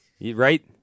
Right